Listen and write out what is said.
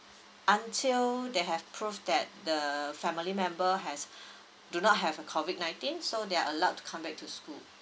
until they have proof that the family member has do not have the COVID nineteen so they are allowed to come back to school